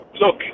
look